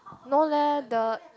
no leh the